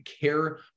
care